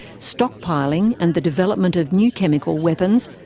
stockpiling and the development of new chemical weapons,